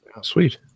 sweet